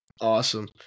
awesome